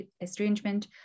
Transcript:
estrangement